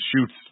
shoots